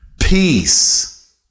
Peace